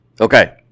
Okay